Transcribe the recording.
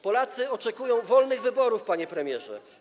Polacy oczekują wolnych wyborów, panie premierze.